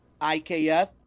IKF